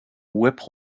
whip